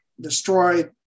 destroyed